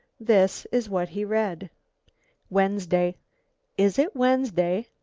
this is what he read wednesday is it wednesday?